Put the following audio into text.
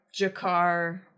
Jakar